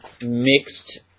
mixed